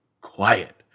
quiet